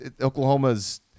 Oklahoma's